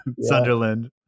Sunderland